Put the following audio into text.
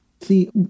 See